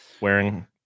Wearing